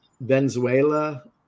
Venezuela